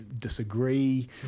disagree